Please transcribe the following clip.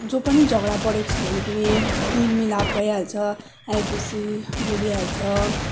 जो पनि झगडा परेको छ भने पनि मेलमिलाप भइहाल्छ आएपछि बोलिहाल्छ